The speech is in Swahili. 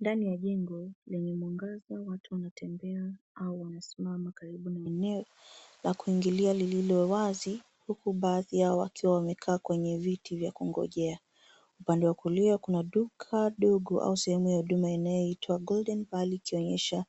Ndani ya jengo lenye mwangaza watu wanatembea au kusimama karibu na eneo la kuingilia lililo wazi huku baadhi wakiwa wamekaa kwenye viti vya kungojea. Upande wa kulia, kuna duka ndogo au sehemu ya huduma inayoitwa golden valley ikionyesha